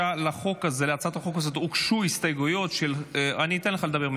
להצעת החוק הזאת הוגשו הסתייגויות של סיעת יש